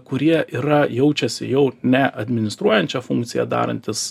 kurie yra jaučiasi jau ne administruojančią funkciją darantys